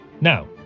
Now